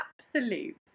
absolute